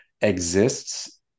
exists